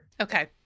Okay